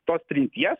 tos trinties